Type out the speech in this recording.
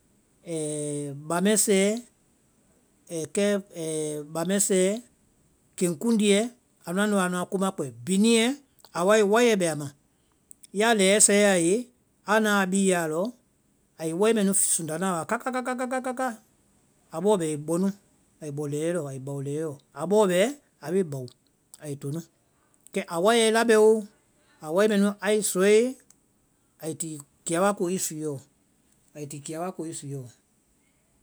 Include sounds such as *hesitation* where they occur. *hesitation* bámɛsɛɛ, *hesitation* kɛ *hesitation* bámɛsɛɛ, keŋkúnduɛ, anuã nu wae anuã ko ma kpɛɛ. Biniɛ, a wae waiɛ bɛ a ma, ya lɛɛ sɛɛe a ye a nae a bii yɛ alɔ, ai a wai mɛnu fi- sunda wa káka. káka, káka, kákaa, a bɔɔ bɛ ai bɔnu, ai bɔ lɛɛ lɔ, ai bao lɛɛ lɔ, a bɔɔ bɛ a bee bao ai tonu. Kɛ a waiɛ lá bɛ oo, a wai mɛnu ai i sɔe ai ti kia wa ko i suɛɔ, ai ti kia wa ko i suɛɔ.